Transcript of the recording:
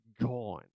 gone